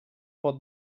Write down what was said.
pot